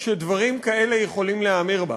שדברים כאלה יכולים להיאמר בה